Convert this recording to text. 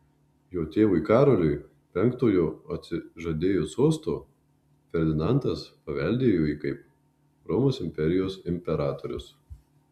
jo tėvui karoliui penktojo atsižadėjus sosto ferdinandas paveldėjo jį kaip romos imperijos imperatorius